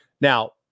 Now